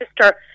sister